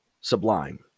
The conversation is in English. sublime